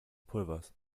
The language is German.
pulvers